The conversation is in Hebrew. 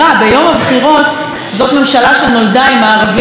זאת ממשלה שנולדה עם "הערבים נוהרים לקלפיות"